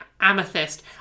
amethyst